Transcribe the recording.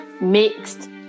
mixed